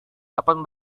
dapat